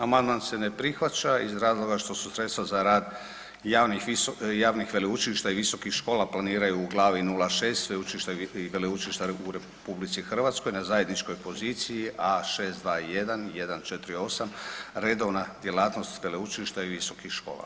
Amandman se ne prihvaća iz razloga što su sredstva za rad javnih veleučilišta i visokih škola planiraju u glavi 06 sveučilišta i veleučilišta u RH na zajedničkoj poziciji A621148 redovna djelatnost veleučilišta i visokih škola.